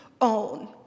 own